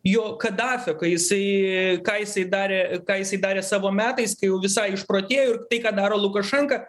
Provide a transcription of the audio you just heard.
jo kadafio kai jisai ką jisai darė ką jisai darė savo metais kai jau visai išprotėjo ir tai ką daro lukašenka